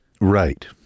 Right